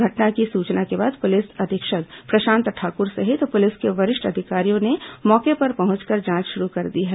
घटना की सूचना के बाद पुलिस अधीक्षक प्रशांत ठाकुर सहित पुलिस के वरिष्ठ अधिकारियों ने मौके पर पहुंचकर जांच शुरू कर दी है